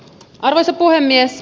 arvoisa puhemies